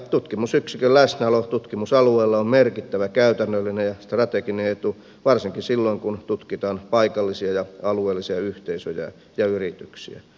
tutkimusyksikön läsnäolo tutkimusalueella on merkittävä käytännöllinen ja strateginen etu varsinkin silloin kun tutkitaan paikallisia ja alueellisia yhteisöjä ja yrityksiä